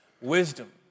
wisdom